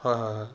হয় হয় হয়